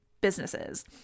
businesses